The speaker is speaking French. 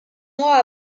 mois